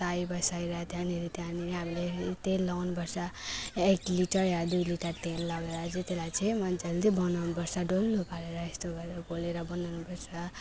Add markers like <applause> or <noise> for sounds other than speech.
ताई बसाएर त्यहाँनिर त्यहाँनिर हामीले <unintelligible> तेल लगाउनुपर्छ एक लिटर या दुई लिटर तेल लगेर चाहिँ त्यसलाई चाहिँ मजाले चाहिँ बनाउनुपर्छ डल्लो पारेर यस्तो गरेर घोलेर बनाउनुपर्छ